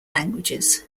languages